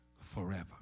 forever